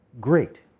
great